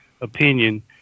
opinion